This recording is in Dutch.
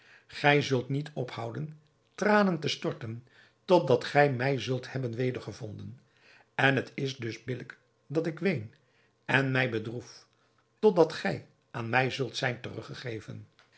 gij zult niet ophouden tranen te storten totdat gij mij zult hebben wedergevonden en het is dus billijk dat ik ween en mij bedroef totdat gij aan mij zult zijn teruggegeven